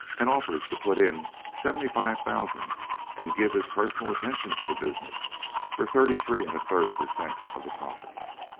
and offers to put in seventy-five thousand and give his personal attention to the business for thirty-three and a third per cent. of the profits.